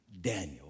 Daniel